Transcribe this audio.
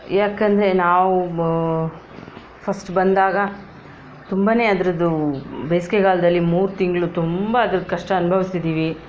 ಯಾಕಂದರೆ ನಾವು ಫ಼ಸ್ಟ್ ಬಂದಾಗ ತುಂಬನೇ ಅದರದ್ದು ಬೇಸಿಗೆಗಾಲದಲ್ಲಿ ಮೂರು ತಿಂಗಳು ತುಂಬ ಅದರ ಕಷ್ಟ ಅನುಭಸಿದ್ದೀವಿ